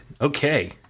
Okay